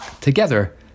together